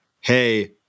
hey